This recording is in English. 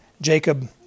Jacob